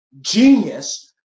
genius